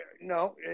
no